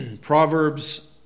Proverbs